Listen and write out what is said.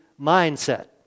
mindset